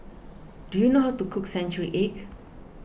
do you know how to cook Century Egg